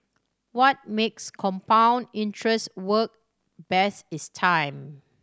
what makes compound interest work best is time